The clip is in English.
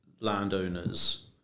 landowners